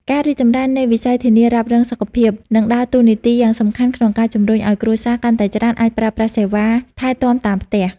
ការរីកចម្រើននៃវិស័យធានារ៉ាប់រងសុខភាព នឹងដើរតួនាទីយ៉ាងសំខាន់ក្នុងការជំរុញឱ្យគ្រួសារកាន់តែច្រើនអាចប្រើប្រាស់សេវាថែទាំតាមផ្ទះ។